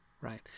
right